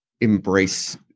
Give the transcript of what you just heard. embrace